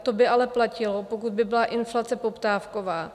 To by ale platilo, pokud by byla inflace poptávková.